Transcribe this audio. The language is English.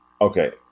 Okay